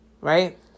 right